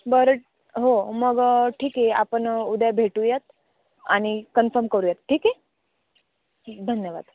बरं हो मग ठीक आहे आपण उद्या भेटूयात आणि कन्फर्म करूयात ठीक आहे धन्यवाद